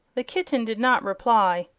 the kitten did not reply.